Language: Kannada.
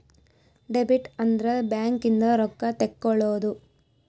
ಡೆಬಿಟ್ ಅಂದ್ರ ಬ್ಯಾಂಕ್ ಇಂದ ರೊಕ್ಕ ತೆಕ್ಕೊಳೊದು